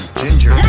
ginger